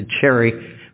cherry